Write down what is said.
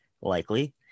likely